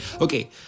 Okay